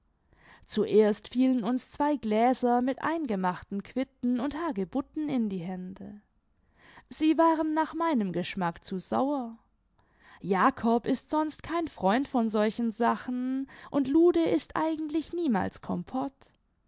zuerst fielen uns zwei gläser mit eingemachten quitten und hagebutten in die hände sie waren nach meinem geschmack zu sauer jakob ist sonst kein freund von solchen sachen und lude ißt eigentlich niemals kompott